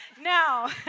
Now